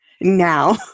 now